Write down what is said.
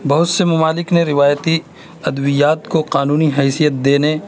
بہت سے ممالک نے روایتی ادویات کو قانونی حیثیت دینے